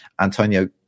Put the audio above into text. Antonio